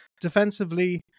Defensively